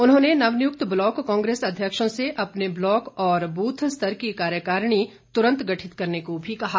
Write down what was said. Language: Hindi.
उन्होंने नवनियुक्त ब्लॉक कांग्रेस अध्यक्षों से अपने ब्लॉक और बूथ स्तर की कार्यकारिणी तुरंत गठित करने को भी कहा है